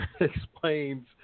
explains